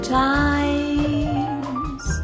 times